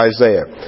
Isaiah